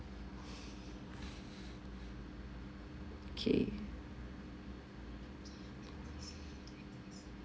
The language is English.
kay